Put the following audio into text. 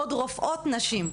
עוד רופאות נשים,